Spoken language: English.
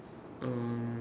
um